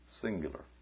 singular